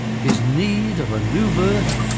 his need of a new birth,